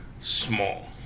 small